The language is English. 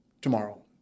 tomorrow